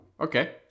okay